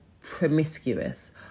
promiscuous